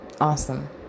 awesome